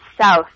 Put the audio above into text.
south